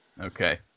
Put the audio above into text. Okay